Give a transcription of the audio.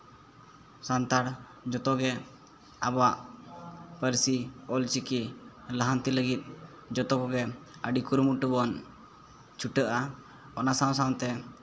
ᱥᱟᱱᱛᱟᱲ ᱡᱚᱛᱚᱜᱮ ᱟᱵᱚᱣᱟᱜ ᱯᱟᱹᱨᱥᱤ ᱚᱞ ᱪᱤᱠᱤ ᱞᱟᱦᱟᱱᱛᱤ ᱞᱟᱹᱜᱤᱫ ᱡᱚᱛᱚ ᱠᱚᱜᱮ ᱟᱹᱰᱤ ᱠᱩᱨᱩᱢᱩᱴᱩ ᱵᱚᱱ ᱪᱷᱩᱴᱟᱹᱜᱼᱟ ᱚᱱᱟ ᱥᱟᱶ ᱥᱟᱶᱛᱮ